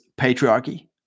patriarchy